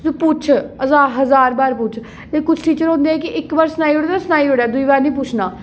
तू पुच्छ हजार बार पुच्छ ते कुछ टीचर होंदे इक्क बारी सनाई ओड़ेआ सनाई ओड़ेआ दूई बारी निं पुच्छना